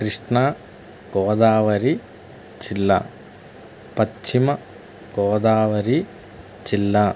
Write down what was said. కృష్ణా గోదావరి జిల్లా పశ్చిమగోదావరి జిల్లా